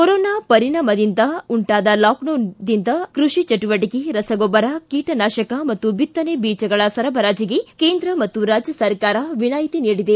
corona ಪರಿಣಾಮದಿಂದ ಉಂಟಾದ ಲಾಕ್ಡೌನ್ನಿಂದ ಕೃಷಿ ಚಟುವಟಿಕೆ ರಸಗೊಬ್ಬರ ಕೀಟನಾಶಕ ಹಾಗೂ ಬಿತ್ತನೆ ಬೀಜಗಳ ಸರಬರಾಜಿಗೆ ಕೇಂದ್ರ ಮತ್ತು ರಾಜ್ಯ ಸರ್ಕಾರ ವಿನಾಯಿತಿ ನೀಡಿದೆ